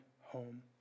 home